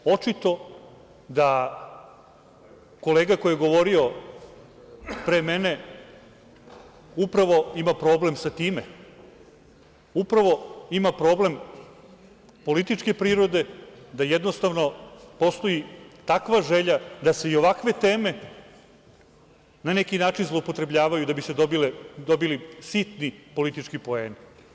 Očito da kolega koji je govorio pre mene upravo ima problem sa time, upravo ima problem političke prirode, da jednostavno postoji takva želja da se i ovakve teme na neki način zloupotrebljavaju da bi se dobili sitni politički poeni.